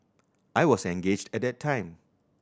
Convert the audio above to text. I was engaged at that time